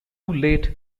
late